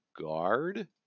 guard